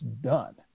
done